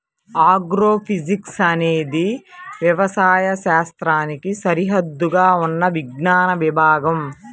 agrophysics అనేది వ్యవసాయ శాస్త్రానికి సరిహద్దుగా ఉన్న విజ్ఞాన విభాగం